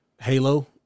Halo